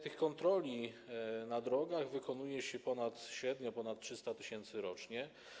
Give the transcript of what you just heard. Tych kontroli na drogach wykonuje się średnio ponad 300 tys. rocznie.